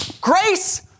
grace